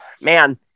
man